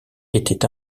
était